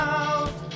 out